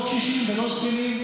לא קשישים ולא זקנים,